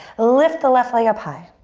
lift the left leg up high.